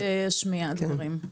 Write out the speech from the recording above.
אנחנו גם נשמח להשמיע דברים.